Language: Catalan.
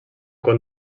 quan